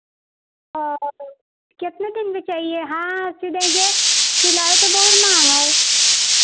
और कितने दिन पर चाहिए हाँ सिल देंगे सिलाई तो बहुत महंग है